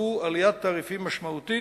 חוו עליית תעריפים משמעותית.